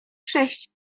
sześć